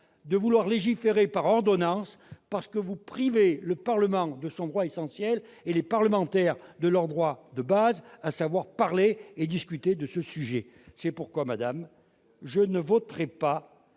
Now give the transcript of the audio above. de vouloir légiférer par ordonnances, car vous privez le Parlement de son droit essentiel et les parlementaires de leur droit de base, à savoir parler et discuter de ce sujet. C'est pourquoi, madame la ministre, je ne voterai pas